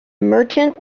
merchant